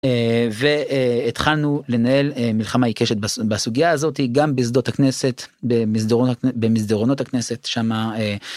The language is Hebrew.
והתחלנו לנהל מלחמה יקשת בסוגיה הזאת היא גם בזדות הכנסת במסדרות במסדרונות הכנסת שמה.